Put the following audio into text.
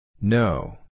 No